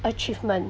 achievement